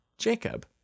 jacob